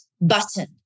button